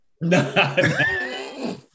No